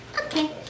Okay